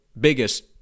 biggest